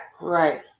Right